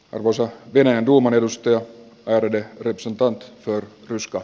runousoppineen duuman edustaja aarne yksin to form ryska